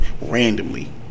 randomly